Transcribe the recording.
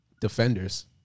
defenders